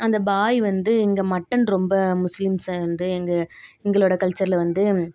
அந்த பாய் வந்து இங்கே மட்டன் ரொம்ப முஸ்லீம்சை வந்து எங்களோட கல்ச்சரில் வந்து